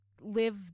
live